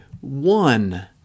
one